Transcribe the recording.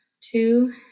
two